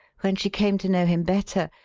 when she came to know him better,